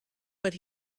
but